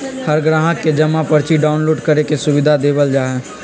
हर ग्राहक के जमा पर्ची डाउनलोड करे के सुविधा देवल जा हई